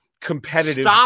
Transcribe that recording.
competitive